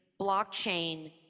blockchain